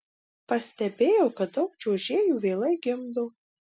pastebėjau kad daug čiuožėjų vėlai gimdo